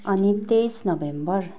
अनि तेइस नोभेम्बर